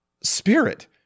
Spirit